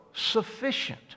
sufficient